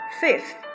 fifth